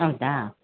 ಹೌದಾ